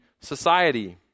Society